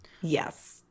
Yes